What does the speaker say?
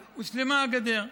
אז הושלמה הגדר.